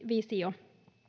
visio